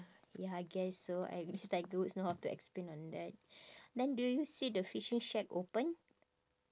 ya I guess so at least tiger woods know how to explain on that then do you see the fishing shack open